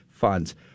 Funds